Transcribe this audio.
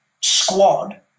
squad